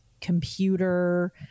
computer